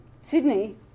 Sydney